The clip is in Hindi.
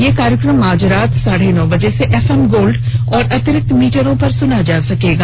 यह कार्यक्रम आज रात साढे नौ बजे से एफएम गोल्ड और अतिरिक्त मीटरों पर सुना जा सकता है